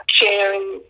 sharing